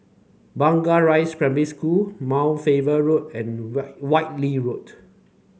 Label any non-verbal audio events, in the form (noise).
Blangah Rise Primary School Mount Faber Road and (unintelligible) Whitley Road